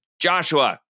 Joshua